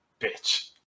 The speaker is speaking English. bitch